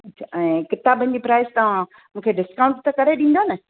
अच्छा ऐं किताबनि जी प्राइज़ तव्हां मूंखे डिस्काउंट त करे ॾींदव न